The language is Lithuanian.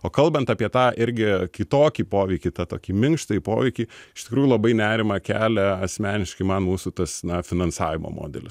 o kalbant apie tą irgi kitokį poveikį tą tokį minkštąjį poveikį iš tikrųjų labai nerimą kelia asmeniškai man mūsų tas na finansavimo modelis